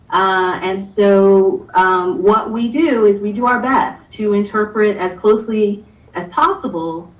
and so what we do is we do our best to interpret as closely as possible